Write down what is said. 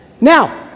Now